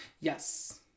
Yes